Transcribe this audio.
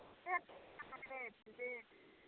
rate की देबै rate